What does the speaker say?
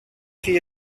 chi